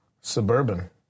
suburban